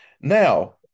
Now